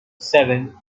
seven